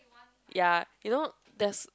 ya you know there's